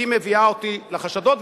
מביאה אותי לחשדות,